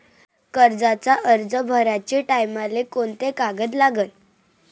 कर्जाचा अर्ज भराचे टायमाले कोंते कागद लागन?